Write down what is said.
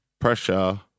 pressure